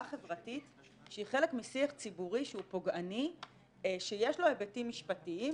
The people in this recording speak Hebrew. חברתית שהיא חלק משיח ציבורי שהוא פוגעני שיש לו היבטים משפטיים,